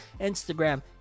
Instagram